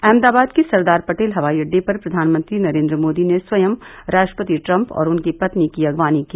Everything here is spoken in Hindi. अहमदाबाद के सरदार पटेल हवाई अड्डे पर प्रधानमंत्री नरेन्द्र मोदी ने स्वयं राष्ट्रपति ट्रम्प और उनकी पत्नी की अगवानी की